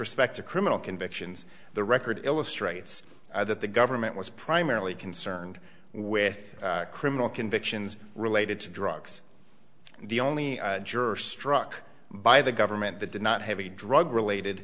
respect to criminal convictions the record illustrates that the government was primarily concerned with criminal convictions related to drugs the only juror struck by the government that did not have a drug related